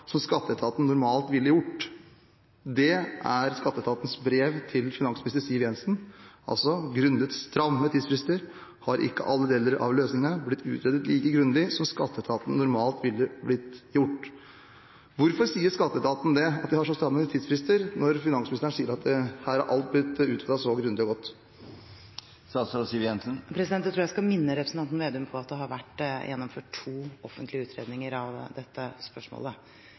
som Skatteetaten normalt ville ha gjort.» Det står altså i skatteetatens brev til finansminister Siv Jensen: «Grunnet stramme tidsfrister har ikke alle delene av løsningene blitt utredet like grundig som Skatteetaten normalt ville ha gjort.» Hvorfor sier skatteetaten at de har så stramme tidsfrister, når finansministeren sier at her er alt blitt utredet så grundig og godt? Jeg tror jeg skal minne representanten Slagsvold Vedum på at det har vært gjennomført to offentlige utredninger av dette spørsmålet,